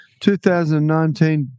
2019